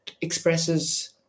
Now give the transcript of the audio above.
expresses